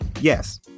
yes